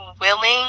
willing